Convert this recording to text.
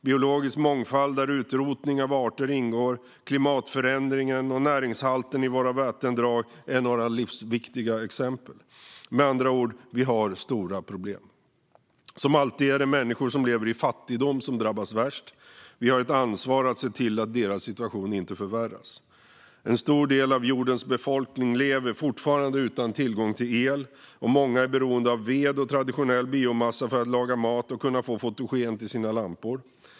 Biologisk mångfald, där utrotning av arter ingår, klimatförändringen och näringshalten i våra vattendrag är några livsviktiga exempel. Med andra ord: Vi har stora problem. Som alltid är det människor som lever i fattigdom som drabbas värst. Vi har ett ansvar att se till att deras situation inte förvärras. En stor del av jordens befolkning lever fortfarande utan tillgång till el, och många är beroende av ved och traditionell biomassa för att laga mat och kunna få fotogen till sina lampor.